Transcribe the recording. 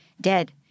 dead